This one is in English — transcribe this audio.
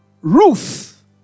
ruth